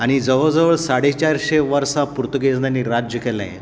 जवळ जवळ साडे चारशीं वर्सां पुर्तुगेंजानी राज्य केलें